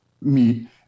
meet